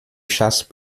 chasse